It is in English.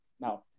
Now